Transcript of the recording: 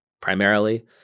primarily